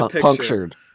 punctured